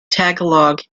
tagalog